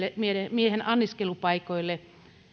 miehen anniskelupaikoille